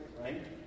right